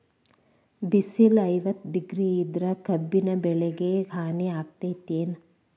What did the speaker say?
ಬಿಸಿಲ ಐವತ್ತ ಡಿಗ್ರಿ ಇದ್ರ ಕಬ್ಬಿನ ಬೆಳಿಗೆ ಹಾನಿ ಆಕೆತ್ತಿ ಏನ್?